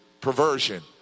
perversion